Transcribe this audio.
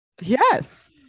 Yes